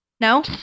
No